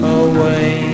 away